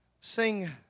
Sing